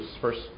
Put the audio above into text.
first